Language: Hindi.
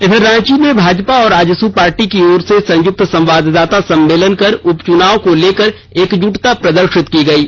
इधर रांची में भाजपा और आजसू पार्टी की ओर से संयुक्त संवाददाता सम्मेलन कर उपचुनाव को लेकर एकजुटता प्रदर्षित की गयी